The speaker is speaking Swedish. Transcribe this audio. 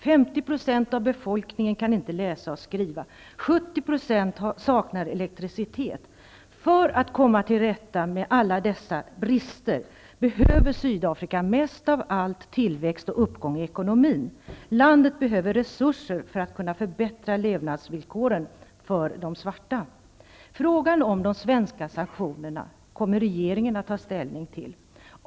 50 % av befolkningen kan inte läsa och skriva. 70 % saknar elektricitet. För att komma till rätta med alla dessa brister behöver Sydafrika mest av allt tillväxt och uppgång i ekonomin. Landet behöver resurser för att kunna förbättra levnadsvillkoren för de svarta. Frågan om de svenska sanktionerna kommer regeringen att ta ställning till.